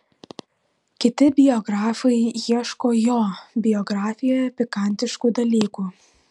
kiti biografai ieško jo biografijoje pikantiškų dalykų